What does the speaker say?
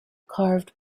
carved